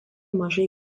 mažai